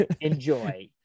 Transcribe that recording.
Enjoy